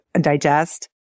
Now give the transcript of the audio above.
digest